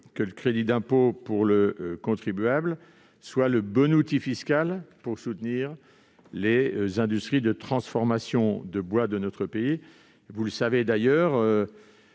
que le crédit d'impôt soit le bon outil fiscal pour soutenir les industries de transformation de bois de notre pays. Vous le savez,